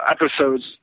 episodes